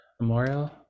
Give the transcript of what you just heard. Memorial